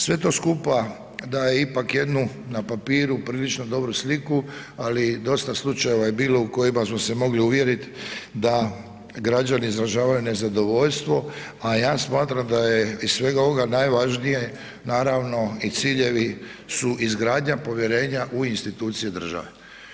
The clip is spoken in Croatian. Sve to skupa daje ipak jednu na papiru prilično dobru sliku, ali dosta slučajeva je bilo u kojima smo se mogli uvjeriti da građani izražavaju nezadovoljstvo, a ja smatram da je iz svega ovoga najvažnije naravno i ciljevi su izgradnja povjerenja u institucije države.